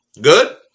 Good